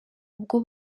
ubwo